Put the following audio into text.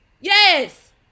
Yes